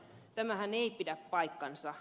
tämähän ei pidä paikkaansa